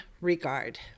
regard